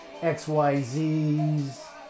XYZs